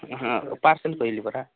ହଁ ପାର୍ସଲ୍ କହିଲି ପରା